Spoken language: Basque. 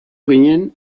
ginen